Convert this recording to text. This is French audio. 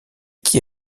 qui